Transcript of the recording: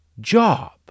job